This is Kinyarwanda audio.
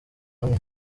hamwe